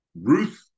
Ruth